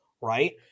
right